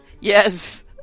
yes